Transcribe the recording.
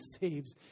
saves